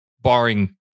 barring